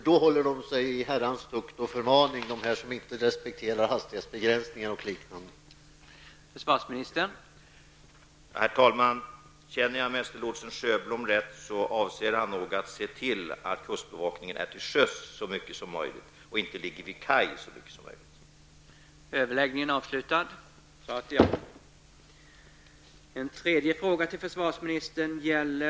Då kan man hålla dem som inte respekterar hastighetsbegränsningar och liknande i